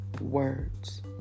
words